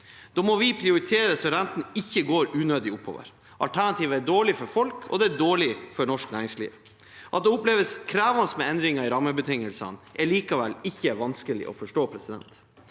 Da må vi prioritere så renten ikke går unødig oppover. Alternativet er dårlig for folk og dårlig for norsk næringsliv. At det oppleves krevende med endringer i rammebetingelsene, er likevel ikke vanskelig å forstå. Vi